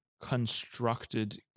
constructed